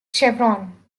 chevrons